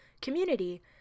community